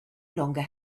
longer